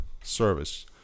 service